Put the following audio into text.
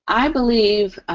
i believe,